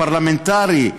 הפרלמנטרי,